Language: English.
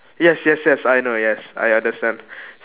yes yes yes I know yes I understand